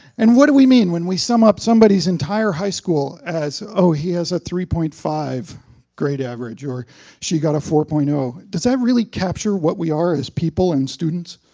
and what do we mean when we sum up somebody's entire high school as oh, he has a three point five grade average or she got a four point zero? does that really capture what we are as people and students?